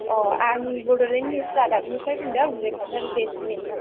अ आं बड'लेण्ड निउस रादाबनिफ्राय बुंदों रिपर्थार जेसमिन